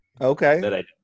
Okay